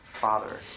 Father